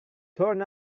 turn